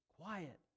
Quiet